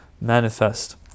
manifest